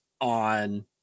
on